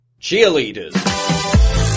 Cheerleaders